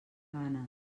gana